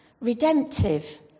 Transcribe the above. redemptive